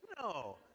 No